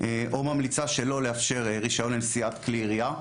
או ממליצה שלא לאפשר רישיון לנשיאת כלי ירייה.